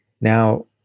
now